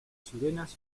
sirenas